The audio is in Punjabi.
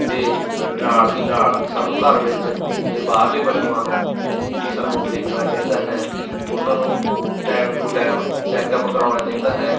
ਅਤੇ ਨਾਲ ਹੀ ਨਾਲ ਸਾਨੂੰ ਘਰ ਵਿੱਚ ਅਤੇ ਬਾਹਰਲੇ ਪਸ਼ੂਆਂ ਨੂੰ ਵੀ ਸਾਨੂੰ ਦੇਖਣਾ ਚਾਹੀਦਾ ਹੈ ਉਹਨਾਂ ਨੂੰ time to time check up ਕਰਵਾਉਣਾ ਚਾਹੀਦਾ ਹੈ